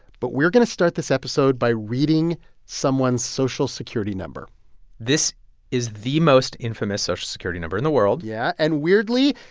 but we're going to start this episode by reading someone's social security number this is the most infamous social security number in the world yeah, and weirdly,